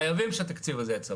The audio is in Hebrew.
חייבים שהתקציב הזה יהיה צבוע.